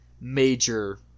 major